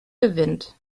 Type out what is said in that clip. gewinnt